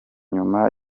nyuma